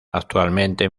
actualmente